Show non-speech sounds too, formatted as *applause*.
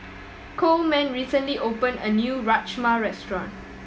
*noise* Coleman recently opened a new Rajma Restaurant